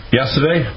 yesterday